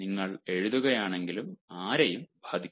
നിങ്ങൾ എഴുതുകയാണെങ്കിലും ആരെയും ബാധിക്കില്ല